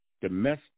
domestic